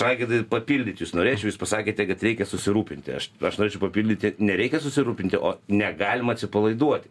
raigardai papildyt jus norėčiau jūs pasakėte kad reikia susirūpinti aš aš norėčiau papildyti nereikia susirūpinti o negalima atsipalaiduoti